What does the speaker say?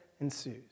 ensues